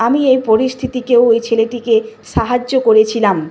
আমি এই পরিস্থিতিকেও ওই ছেলেটিকে সাহায্য করেছিলাম